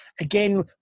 again